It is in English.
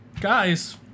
guys